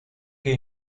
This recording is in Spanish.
que